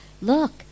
look